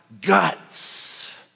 Guts